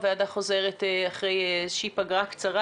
הוועדה חוזרת אחרי איזושהי פגרה קצרה.